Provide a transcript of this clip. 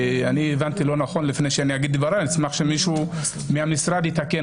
אם הבנתי לא נכון, אני אשמח שמישהו מהמשרד יתקן